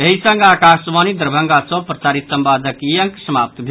एहि संग आकाशवाणी दरभंगा सँ प्रसारित संवादक ई अंक समाप्त भेल